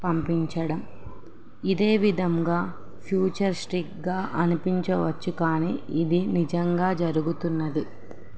పంపించడం ఇదే విధంగా ఫ్యూచర్ స్టిక్గా అనిపించవచ్చు కానీ ఇది నిజంగా జరుగుతున్నది